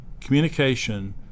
communication